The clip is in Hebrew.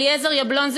אליעזר יבלון,